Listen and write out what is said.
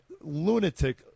lunatic